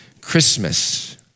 Christmas